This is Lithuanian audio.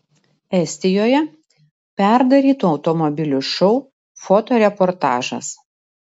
estijoje perdarytų automobilių šou fotoreportažas